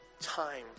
time